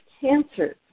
cancers